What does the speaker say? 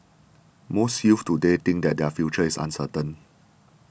most youths today think that their future is uncertain